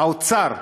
האוצר,